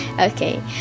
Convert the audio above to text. okay